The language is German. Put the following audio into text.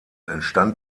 entstand